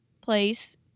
place